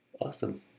Awesome